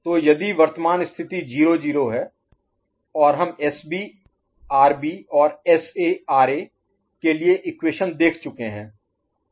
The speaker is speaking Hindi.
तो यदि वर्तमान स्थिति 0 0 है और हम एसबी आरबी और एसए आरए के लिए इक्वेशन देख चुके हैं